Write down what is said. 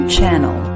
Channel